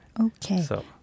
Okay